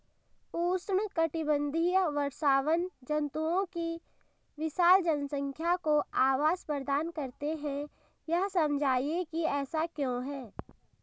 उष्णकटिबंधीय वर्षावन जंतुओं की विशाल जनसंख्या को आवास प्रदान करते हैं यह समझाइए कि ऐसा क्यों है?